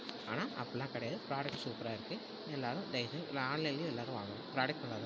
ஆனால் அப்படில்லாம் கிடையாது ப்ராடக்ட் சூப்பராக இருக்கு எல்லாரும் தயவுசெஞ்சு இந்த ஆன்லைன்லையே எல்லாரும் வாங்கலாம் ப்ராடக்ட் நல்லா தான் இருக்கு